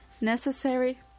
Necessary